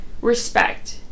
respect